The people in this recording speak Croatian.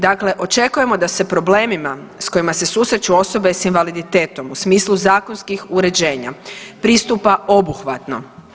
Dakle, očekujemo da se problemima s kojima se susreću osobe s invaliditetom u smislu zakonskih uređenja pristupa obuhvatno.